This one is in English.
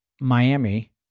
Miami